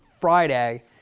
Friday